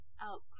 out